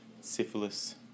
syphilis